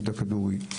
יהודה כדורי,